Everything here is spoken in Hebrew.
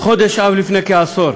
בחודש אב לפני כעשור